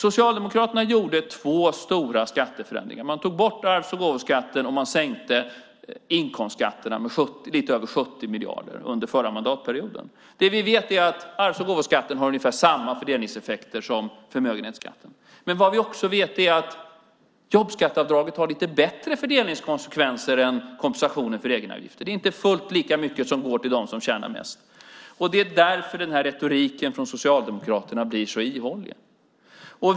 Socialdemokraterna gjorde två stora skatteförändringar. De tog bort arvs och gåvoskatten och sänkte inkomstskatterna med lite över 70 miljarder under den förra mandatperioden. Vi vet att arvs och gåvoskatten har ungefär samma fördelningseffekter som förmögenhetsskatten. Vi vet också att jobbskatteavdraget har lite bättre fördelningskonsekvenser än kompensationen för egenavgifter. Det är inte fullt lika mycket som går till dem som tjänar mest. Det är därför den här retoriken från Socialdemokraterna blir så ihålig.